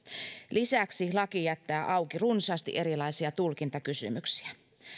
lisäksi laki jättää auki runsaasti erilaisia tulkintakysymyksiä